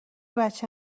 بچه